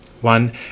One